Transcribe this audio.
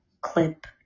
clip